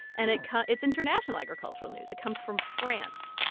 and it it's international agricultural news. it comes from france,